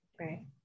right